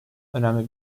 önemli